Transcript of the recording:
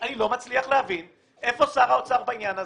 אני לא מצליח להבין איפה שר האוצר בעניין הזה.